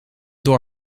door